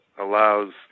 allows